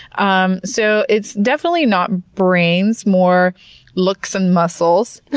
um so it's definitely not brains more looks and muscles.